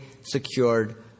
secured